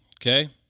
Okay